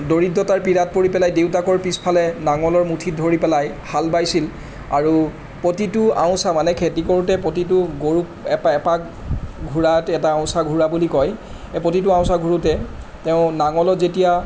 দৰিদ্ৰতাৰ পীড়াত পৰি পেলাই দেউতাকৰ পিছফালে নাঙলৰ মুঠিত ধৰি পেলাই হাল বাইছিল আৰু প্ৰতিটো আওচা মানে খেতি কৰোঁতে প্ৰতিটো গৰুক এপাক এপাক ঘূৰাওঁতে এটা আওচা ঘূৰা বুলি কয় এই প্ৰতিটো আওচা ঘূৰোঁতে তেওঁ নাঙলত যেতিয়া